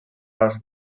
حرف